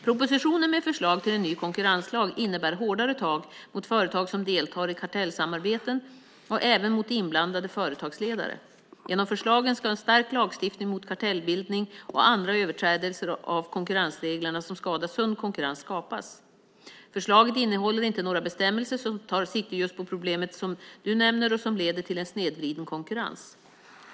Propositionen med förslag till en ny konkurrenslag innebär hårdare tag mot företag som deltar i kartellsamarbeten och även mot inblandade företagsledare. Genom förslagen ska en stark lagstiftning mot kartellbildning och andra överträdelser av konkurrensreglerna som skadar sund konkurrens skapas. Förslaget innehåller inte några bestämmelser som tar sikte på just problemet som Börje Vestlund nämner och som leder till en snedvriden konkurrens.